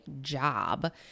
job